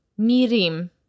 mirim